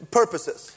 purposes